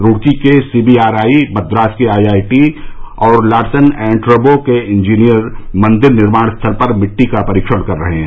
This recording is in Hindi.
रूड़की के सीबीआरआई मद्रास के आईआईटी और लारसन एण्ड ट्रब्रो के इंजीनियर मंदिर निर्माण स्थल पर मिट्टी का परीक्षण कर रहे हैं